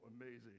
amazing